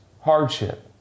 hardship